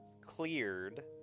cleared